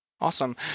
Awesome